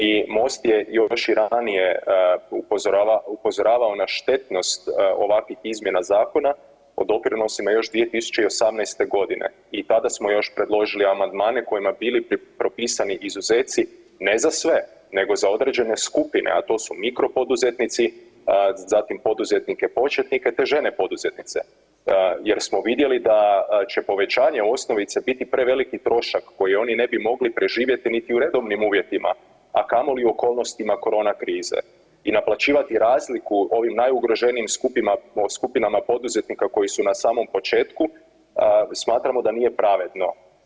I MOST je još i ranije upozoravao na štetnost ovakvih izmjena Zakona o doprinosima još 2018. godine i tada smo još predložili amandmane kojima bili bi propisani izuzeci, ne za sve, nego za određene skupine, a to su mikropoduzetnici, zatim poduzetnike početnike te žene poduzetnice, jer smo vidjeli da će povećanje osnovice biti preveliki trošak koji oni ne bi mogli preživjeti niti u redovnim uvjetima, a kamoli okolnostima korona krize i naplaćivati razliku ovih najugroženijih skupina po skupinama poduzetnika koji su na samom početku smatramo da nije pravedno.